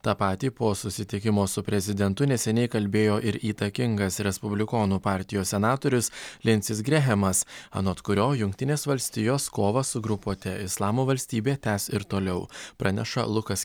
tą patį po susitikimo su prezidentu neseniai kalbėjo ir įtakingas respublikonų partijos senatorius linsis grehamas anot kurio jungtinės valstijos kovą su grupuote islamo valstybė tęs ir toliau praneša lukas